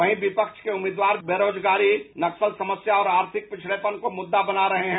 वहीं विपक्ष के उम्मीदवार बेरोजगारी नक्सल समस्या और आर्थिक पिछडेपन को मुद्दा बना रहे हैं